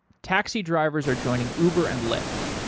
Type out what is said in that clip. taxi drivers are joining uber and lyft.